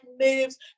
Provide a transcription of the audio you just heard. moves